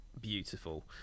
beautiful